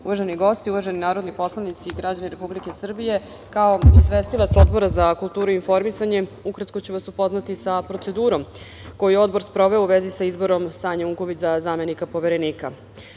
gosti, uvaženi narodni poslanici i građani Republike Srbije, kao izvestilac Odbora za kulturu i informisanje ukratko ću vas upoznati sa procedurom koju je Odbor sproveo u vezi sa izborom Sanjom Unković za zamenika Poverenika. Naime,